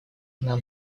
нам